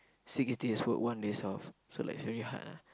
six days work one day's off so like it's really hard ah